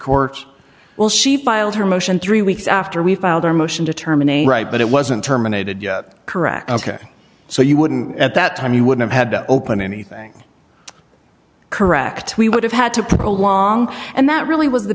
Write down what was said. court well she filed her motion three weeks after we filed our motion to terminate right but it wasn't terminated yet correct ok so you wouldn't at that time you would have had to open anything correct we would have had to prolong and that really was the